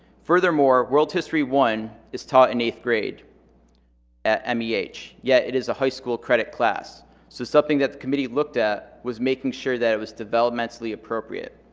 furthermore world history one is taught in eighth grade at um yeah meh yet it is a high school credit class so something that the committee looked at was making sure that it was developmentally appropriate